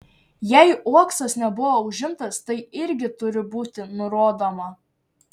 jei uoksas nebuvo užimtas tai irgi turi būti nurodoma